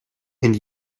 and